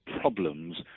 problems